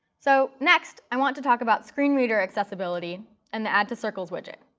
so next, i want to talk about screen reader accessibility and the add to circles widget.